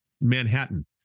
Manhattan